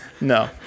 No